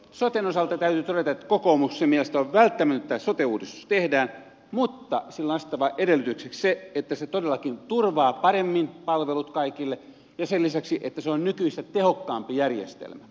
soten osalta täytyy todeta että kokoomuksen mielestä on välttämätöntä että sote uudistus tehdään mutta sille on asetettava edellytykseksi se että se todellakin turvaa paremmin palvelut kaikille ja sen lisäksi että se on nykyistä tehokkaampi järjestelmä